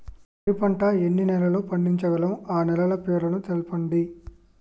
వరి పంట ఎన్ని నెలల్లో పండించగలం ఆ నెలల పేర్లను తెలుపండి?